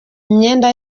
imyenda